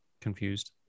confused